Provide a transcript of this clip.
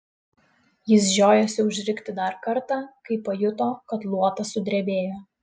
jis žiojosi užrikti dar kartą kai pajuto kad luotas sudrebėjo